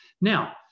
now